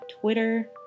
twitter